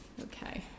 Okay